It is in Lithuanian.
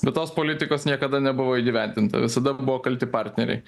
bet tos politikos niekada nebuvo įgyvendinta visada buvo kalti partneriai